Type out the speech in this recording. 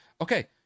okay